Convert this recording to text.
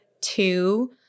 two